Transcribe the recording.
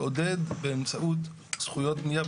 לעודד באמצעות זכויות בנייה,